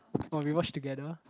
oh we watch together